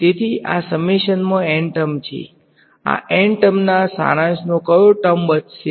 તેથી આ સમેશન મા N ટર્મ છે આ N ટર્મ ના સારાંશમાં કયો ટર્મ બચશે